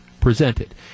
presented